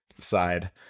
side